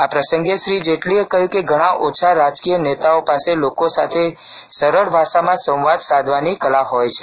આ પ્રસંગે શ્રી જેટલીએ કહ્યું કે ઘણા ઓછા રાજકીય નેતાઓ પાસે લોકો સાથે સરળ ભાષામાં સંવાદ સાધવાની કલા હોય છે